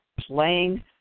playing